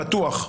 בטוח?